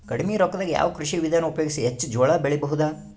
ಕಡಿಮಿ ರೊಕ್ಕದಾಗ ಯಾವ ಕೃಷಿ ವಿಧಾನ ಉಪಯೋಗಿಸಿ ಹೆಚ್ಚ ಜೋಳ ಬೆಳಿ ಬಹುದ?